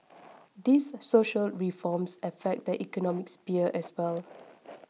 these social reforms affect the economic sphere as well